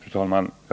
Fru talman!